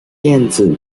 电子